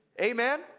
Amen